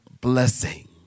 blessing